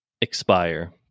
expire